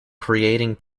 creating